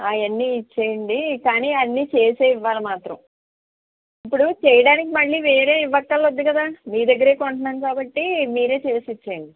అవన్నీ ఇచ్చేయండీ కానీ అన్నీ చేసే ఇవ్వాలి మాత్రం ఇపుడూ చెయ్యడానికి మళ్ళీ వేరే ఇవ్వక్కర్లెదు కదా మీ దగ్గరే కొంటున్నాము కాబట్టి మీరే చేసిచ్చేయండి